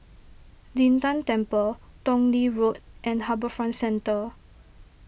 Lin Tan Temple Tong Lee Road and HarbourFront Centre